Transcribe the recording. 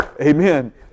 amen